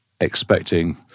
expecting